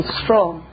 strong